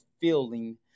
feeling